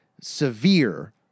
severe